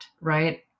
right